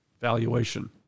valuation